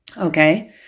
okay